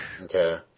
Okay